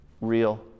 real